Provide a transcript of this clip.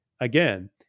again